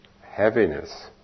heaviness